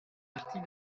partie